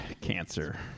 cancer